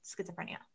schizophrenia